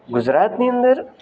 ગુજરાતની અંદર